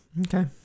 okay